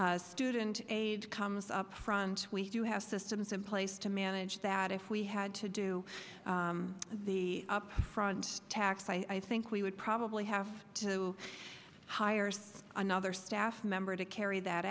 student aid comes up front we do have systems in place to manage that if we had to do the up front tax i think we would probably have to hire another staff member to carry that